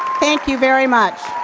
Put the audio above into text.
thank you very much.